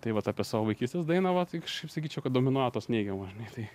tai vat apie savo vaikystės dainavą tik kažkaip sakyčiau kad dominuoja tos neigiamos žinai tai